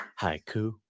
Haiku